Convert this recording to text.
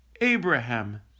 abraham